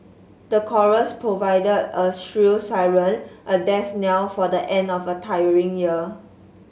the chorus provided a shrill siren a death knell for the end of a tiring year